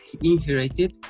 inherited